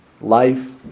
life